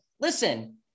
listen